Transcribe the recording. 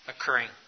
occurring